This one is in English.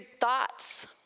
thoughts